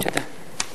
תודה.